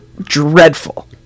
dreadful